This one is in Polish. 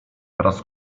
wraz